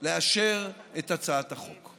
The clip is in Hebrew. לאשר את הצעת החוק.